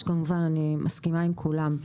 שכמובן אני מסכימה עם כולם.